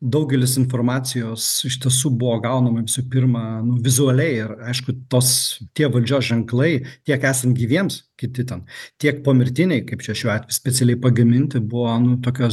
daugelis informacijos iš tiesų buvo gaunama visų pirma nu vizualiai ir aišku tos tie valdžios ženklai tiek esant gyviems kiti ten tiek pomirtiniai kaip čia šiuo atveju specialiai pagaminti buvo nu tokios